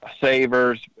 savers